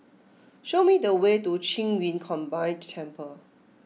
show me the way to Qing Yun Combined Temple